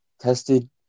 tested